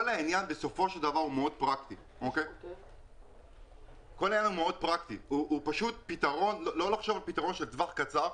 כל העניין הוא מאוד פרקטי בסופו של דבר לא לחשוב על פתרון לטווח הקצר,